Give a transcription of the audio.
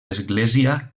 església